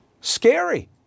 scary